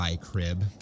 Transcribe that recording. crib